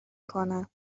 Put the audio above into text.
کنم